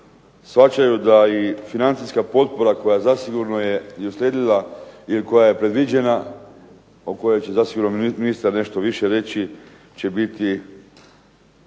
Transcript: shvaćaju da i financijska potpora koja zasigurno je uslijedila, koja je predviđena, o kojoj će ministar nešto više reći će biti